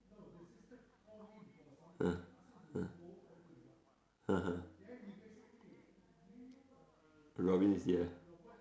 uh (uh huh) Robin is here